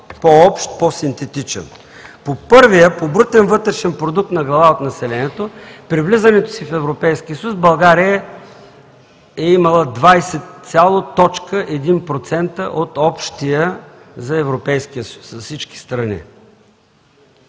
по-общ, по синтетичен. По първия – по брутен вътрешен продукт на глава от населението, при влизането си в Европейския съюз България е имала 20,1% от общия за Европейския съюз, за всички страни.